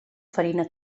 farina